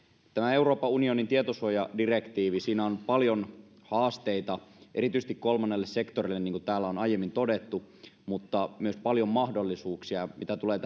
euroopan unionin tietosuojadirektiivissä on paljon haasteita erityisesti kolmannelle sektorille niin kuin täällä on aiemmin todettu mutta myös paljon mahdollisuuksia mitä tulee